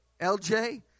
LJ